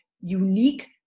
unique